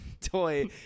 toy